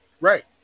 Right